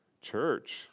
Church